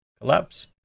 collapse